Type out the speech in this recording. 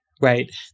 Right